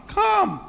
come